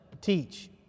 teach